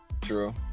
True